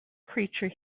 creature